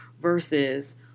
versus